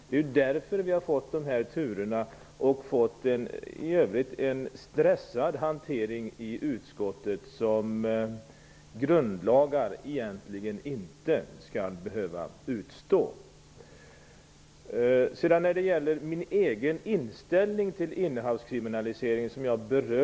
Det är därför vi har fått de här turerna och fått i övrigt en stressad hantering i utskottet som grundlagar egentligen inte skall behöva utstå. Min egen inställning till innehavskriminalisering berörde jag förut.